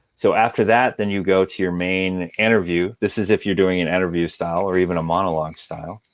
so after that, then you go to your main interview this is if you're doing an interview style or even a monologue style.